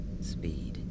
speed